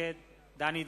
נגד דני דנון,